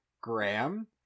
Graham